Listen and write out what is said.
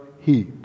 heat